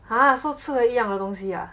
!huh! so 吃回一样的东西 ah